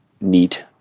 neat